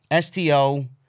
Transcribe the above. STO